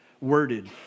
worded